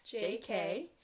JK